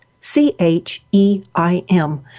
C-H-E-I-M